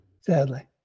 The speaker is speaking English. sadly